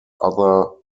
other